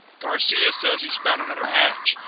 garcia says he's found another hatch.